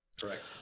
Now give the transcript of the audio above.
Correct